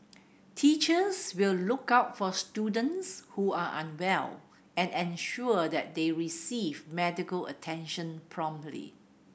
teachers will look out for students who are unwell and ensure that they receive medical attention promptly